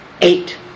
eight